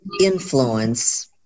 influence